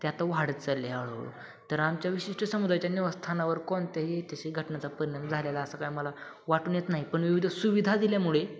ते आता वाढत चाललं आहे हळूहळू तर आमच्या विशिष्ट समुदायाच्या निवासस्थानावर कोणत्याही ऐतिहासिक घटनांचा परिणाम झालेला असं काय मला वाटून येत नाही पण विविध सुविधा दिल्यामुळे